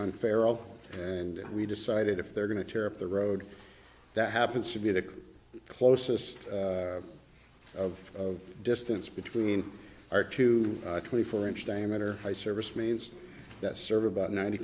unfair all and we decided if they're going to tear up the road that happens to be the closest of distance between our two twenty four inch diameter i service means that serve about ninety